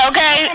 Okay